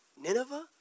Nineveh